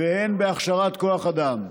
והן הכשרת כוח אדם.